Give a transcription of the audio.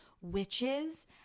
witches